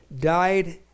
died